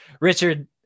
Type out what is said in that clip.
richard